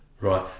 right